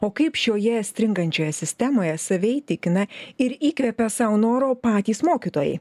o kaip šioje stringančioje sistemoje save įtikina ir įkvepia sau noro patys mokytojai